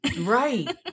Right